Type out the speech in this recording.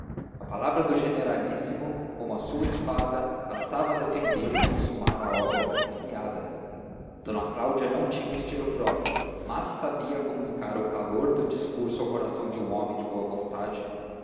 a palavra do generalíssimo como a sua espada bastava a defender e consumar a obra principiada d cláudia não tinha estilo próprio mas sabia comunicar o calor do discurso ao coração de um homem de boa vontade